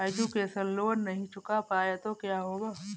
Education loan नहीं चुका पाए तो क्या होगा?